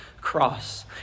cross